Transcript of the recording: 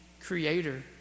Creator